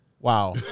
Wow